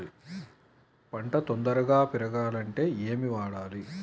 పంట తొందరగా పెరగాలంటే ఏమి వాడాలి?